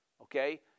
okay